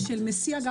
מסיע.